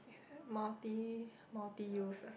it's like multi multi use ah